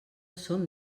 són